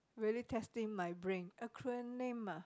really testing my brain acronym ah